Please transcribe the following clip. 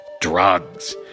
Drugs